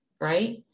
right